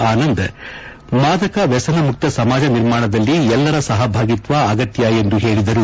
ಆನಂದ್ ಮಾದಕ ವ್ಣಸನಮುಕ್ತ ಸಮಾಜ ನಿರ್ಮಾಣದಲ್ಲಿ ಎಲ್ಲರ ಸಹಭಾಗಿತ್ವ ಅಗತ್ತ ಎಂದು ಹೇಳಿದರು